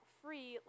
free